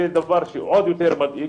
זה דבר שעוד יותר מדאיג,